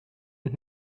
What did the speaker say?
und